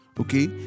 okay